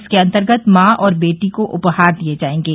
इसके अंतर्गत मां और बेटी को उपहार दिये जायेंगे